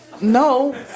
no